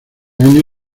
año